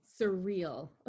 surreal